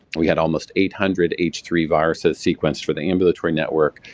we had almost eight hundred h three viruses sequenced for the ambulatory network,